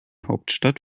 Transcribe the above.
hauptstadt